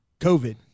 COVID